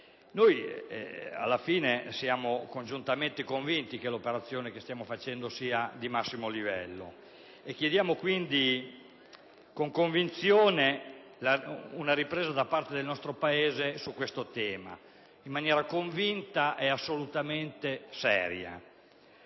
è quella giusta. Siamo congiuntamente convinti che l'operazione che stiamo facendo sia di massimo livello e chiediamo quindi con convinzione una ripresa dell'impegno da parte del nostro Paese su questo tema in maniera determinata e seria.